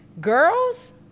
girls